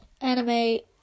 anime